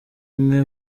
umwe